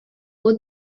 for